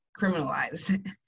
criminalized